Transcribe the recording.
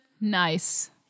Nice